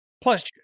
Plus